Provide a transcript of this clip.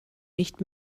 nicht